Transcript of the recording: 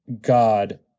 god